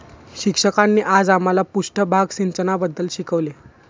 शिक्षकांनी आज आम्हाला पृष्ठभाग सिंचनाबद्दल शिकवले